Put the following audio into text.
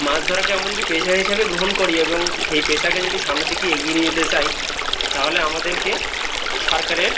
মাছ ধরাকে আমরা যদি পেশা হিসাবে গ্রহণ করি এবং সেই পেশাকে যদি সামনের দিকে এগিয়ে নিয়ে যেতে চাই তাহলে আমাদেরকে সরকারের